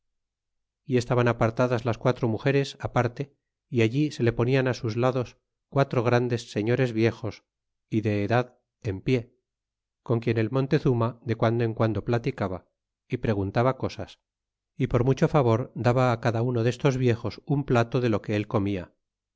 y estaban apartadas las quatro mugeres á parte y allí se le ponian sus lados quatro grandes señores viejos y de edad en pie con quien el montezuma de guando en guando platicaba preguntaba cosas y por mucho favor daba á cada uno destos viejos un plato de lo que él comia